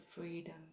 freedom